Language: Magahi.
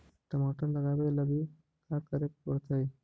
टमाटर लगावे लगी का का करये पड़तै?